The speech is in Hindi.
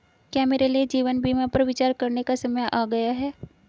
क्या मेरे लिए जीवन बीमा पर विचार करने का समय आ गया है?